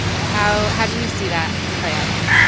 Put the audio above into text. yeah how how do you see that play out here?